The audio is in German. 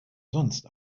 sonst